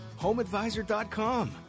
HomeAdvisor.com